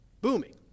booming